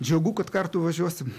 džiugu kad kartu važiuosim